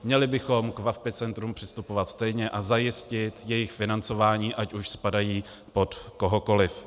Měli bychom k VaVpI centrům přistupovat stejně a zajistit jejich financování, ať už spadají pod kohokoliv.